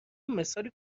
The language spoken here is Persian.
مثالی